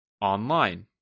Online